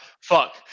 fuck